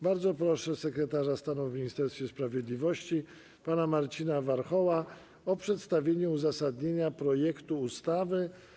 Bardzo proszę sekretarza stanu w Ministerstwie Sprawiedliwości pana Marcina Warchoła o przedstawienie uzasadnienia projektu ustawy.